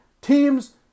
Teams